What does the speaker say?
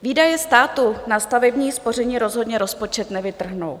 Výdaje státu na stavební spoření rozhodně rozpočet nevytrhnou.